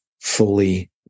fully